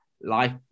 life